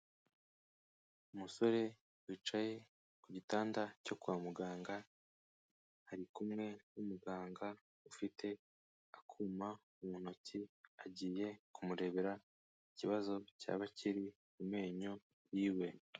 Umusore wicaye ku gitanda cyo kwa muganga, arikumwe n'umuganga ufite akuma mu ntoki agiye kumurebera ikibazo cyaba kiri ku menyo yiwe.